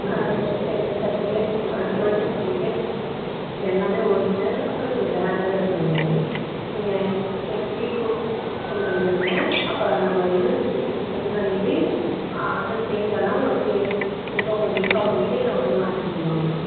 tenth certificate twelfth certificate இது எல்லாமே original அப்புறம் நீங்கள் ஜெராக்ஸோடு எடுத்துட்டு வந்துடுங்க நீங்கள் நெக்ஸ்ட் வீக் கொண்டு வந்துடுங்க அப்போ நம்ம யுனிவர்சிட்டிக்கு இதை செண்ட் பண்ணிவிட்டு அங்கே சேஞ்ச் ஆனால் உங்களுக்கு இப்போ உங்களுக்கு இன்ஃபார்ம் பண்ணிவிட்டு அவங்க வந்து வாங்கிக்க சொல்வாங்க